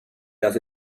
does